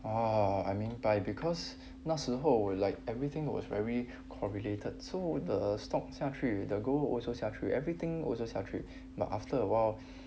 oh I 明白 because 那时候 like everything was very correlated so the stock 下去 the gold also 下去 everything also 下去 but after awhile